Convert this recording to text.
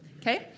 okay